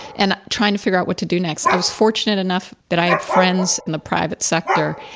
and trying to figure out what to do next. i was fortunate enough that i had friends in the private sector.